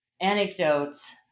anecdotes